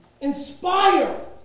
Inspire